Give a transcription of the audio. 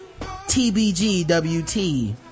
TBGWT